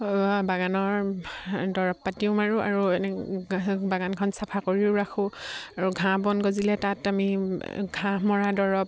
বাগানৰ দৰৱ পাতিও মাৰোঁ আৰু এনে বাগানখন চাফা কৰিও ৰাখোঁ আৰু ঘাঁহ বন গজিলে তাত আমি ঘাঁহ মৰা দৰৱ